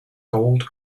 gold